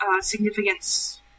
significance